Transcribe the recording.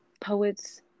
Poets